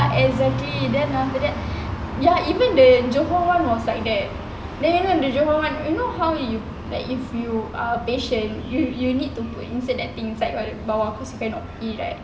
exactly then after after that ya even the johor [one] was like that then then the johor you know how you like if you are patient you need to put insert that thing inside baru aku cannot feel right